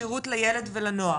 השירות לילד ולנוער,